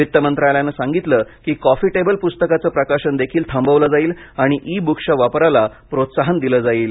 वित्त मंत्रालयानं सांगितलं की कॉफी टेबल पुस्तकांचं प्रकाशन देखील थांबवलं जाईल आणि ई बुक्सच्या वापराला प्रोत्साहन दिलं जाईल